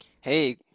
Hey